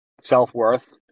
self-worth